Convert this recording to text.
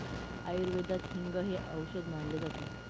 आयुर्वेदात हिंग हे औषध मानले जाते